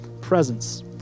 presence